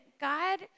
God